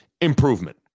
improvement